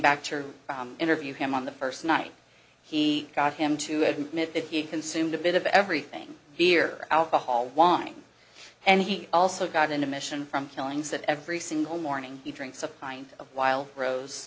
back to interview him on the first night he got him to admit that he had consumed a bit of everything beer alcohol wine and he also got an admission from killings that every single morning he drinks a pint of wild rose